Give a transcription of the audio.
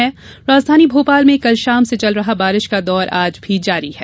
इसके पहले राजधानी भोपाल में कल शाम से चल रहा बारिश का दौर आज भी जारी है